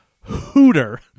Hooter